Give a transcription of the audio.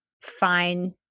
fine